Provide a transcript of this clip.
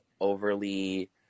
overly